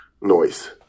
noise